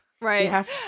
Right